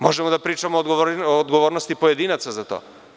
Možemo da pričamo o odgovornosti pojedinaca za to.